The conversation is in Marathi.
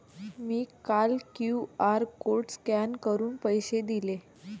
मी काल क्यू.आर कोड स्कॅन करून पैसे दिले